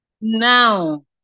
now